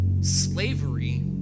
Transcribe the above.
slavery